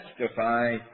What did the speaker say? testify